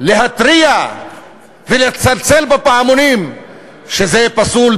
להתריע ולצלצל בפעמונים שזה פסול.